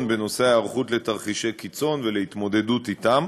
בנושא ההיערכות לתרחישי קיצון ולהתמודדות אתם.